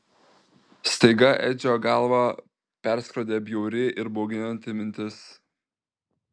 staiga edžio galvą perskrodė bjauri ir bauginanti mintis